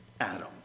Adam